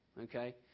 okay